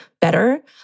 better